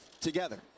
together